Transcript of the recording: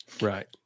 right